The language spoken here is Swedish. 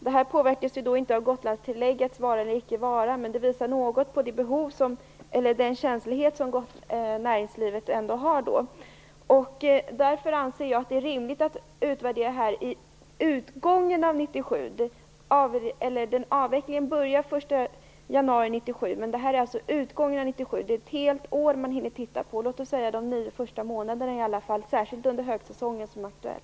Det påverkas inte av Gotlandstilläggets vara eller icke vara. Men det visar något på den känslighet som näringslivet har. Därför anser jag att det är rimligt att göra en utvärdering vid utgången av år 1997. Avvecklingen börjar den 1 januari 1997, men detta gäller utgången av år 1997. Det är ett helt år man hinner titta på, eller i varje fall de nio första månaderna, och särskilt högsäsongen är aktuell.